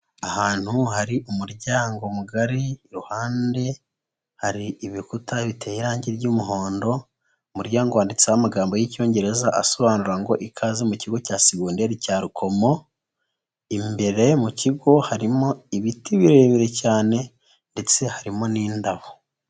Ahantu hari umuryango mugari iruhande hari ibikuta biteye irange ry'umuhondo, umuryango wanditseho amagambo y'Icyongereza asobanura ngo ikaze mu Kigo cya segonderi cya Rukomo, imbere mu kigo harimo ibiti birebire cyane ndetse harimo n'indabo.